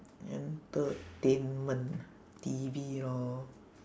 entertainment T_V lor